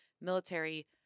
military